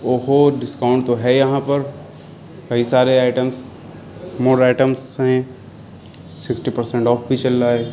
او ہو ڈساکاؤنٹ تو ہے یہاں پر کئی سارے آئیٹمس مور آئیٹمس ہیں سکسٹی پرسنٹ آف بھی چل رہا ہے